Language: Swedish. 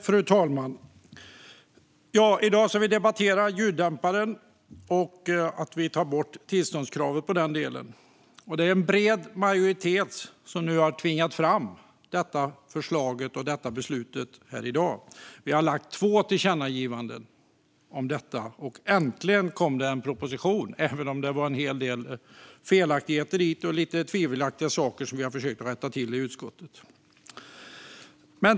Fru talman! I dag debatterar vi ljuddämpare och att ta bort tillståndskravet i den delen. Det är en bred majoritet som nu har tvingat fram detta förslag till beslut. Utskottet föreslår två tillkännagivanden om detta. Äntligen kom det en proposition, även om det var en hel del felaktigheter och tvivelaktiga saker som vi har försökt rätta till i utskottet.